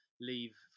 leave